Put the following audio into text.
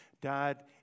died